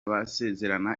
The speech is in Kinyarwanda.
basezerana